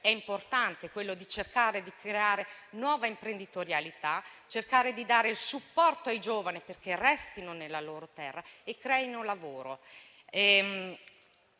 È importante cercare di creare nuova imprenditorialità e dare supporto ai giovani perché restino nella loro terra e creino lavoro.